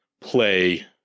play